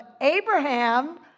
Abraham